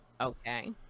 okay